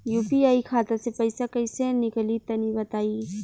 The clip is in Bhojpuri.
यू.पी.आई खाता से पइसा कइसे निकली तनि बताई?